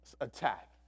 attack